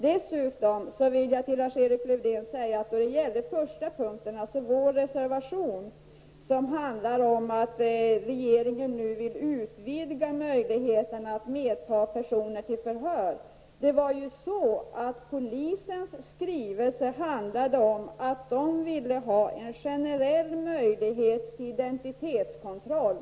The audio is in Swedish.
Dessutom vill jag säga till Lars-Erik Lövdén att när det gäller vår reservation om att regeringen nu vill utvidga möjligheterna att medta personer till förhör, handlade polisens skrivelse om att man ville ha en generell möjlighet till identitetskontroll.